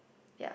yeah